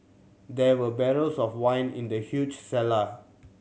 there were barrels of wine in the huge cellar